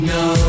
no